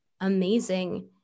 amazing